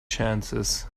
chances